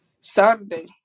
Saturday